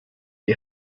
die